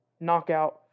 knockout